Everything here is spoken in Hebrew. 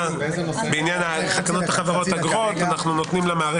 11:30.